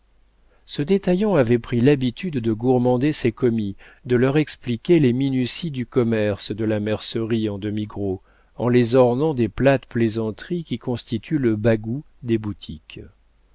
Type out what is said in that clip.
ce détaillant avait pris l'habitude de gourmander ses commis de leur expliquer les minuties du commerce de la mercerie en demi gros en les ornant des plates plaisanteries qui constituent le bagout des boutiques